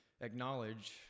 acknowledge